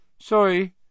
Sorry